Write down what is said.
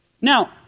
Now